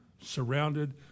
surrounded